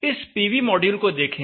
इस PV module को देखें